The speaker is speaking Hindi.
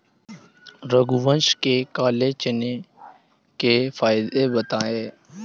रघुवंश ने काले चने के फ़ायदे बताएँ